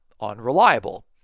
unreliable